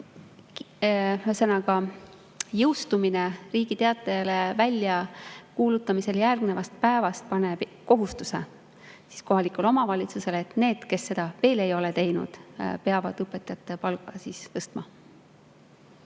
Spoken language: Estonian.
Ühesõnaga, jõustumine Riigi Teatajas väljakuulutamisele järgnevast päevast paneb kohustuse kohalikule omavalitsusele, et need, kes seda veel ei ole teinud, peavad õpetajate palka tõstma.